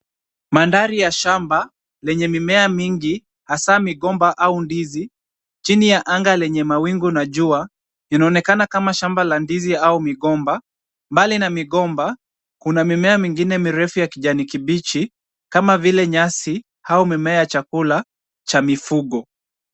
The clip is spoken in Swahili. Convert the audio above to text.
Mandhari ya shamba lenye mimea mingi haswa migomba au ndizi. Chini ya anga lenye mawingu na jua linaonekana kama shamba la ndizi au migomba. Mbali na migomba, kuna mimea mingine mirefu ya kijani kibichi kama vile nyasi au mimea ya chakula ya mifugo.